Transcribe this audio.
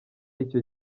icyo